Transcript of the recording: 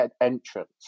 entrance